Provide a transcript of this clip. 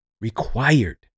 required